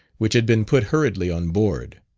which had been put hurriedly on board.